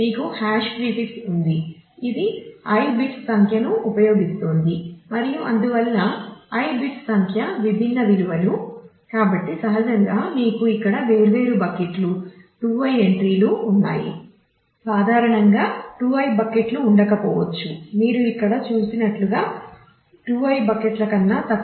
మీకు హాష్ ప్రిఫిక్